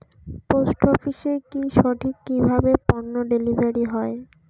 Post অফিসে কি সঠিক কিভাবে পন্য ডেলিভারি হয়?